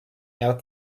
out